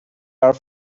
are